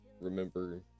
remember